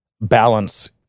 balance